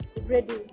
ready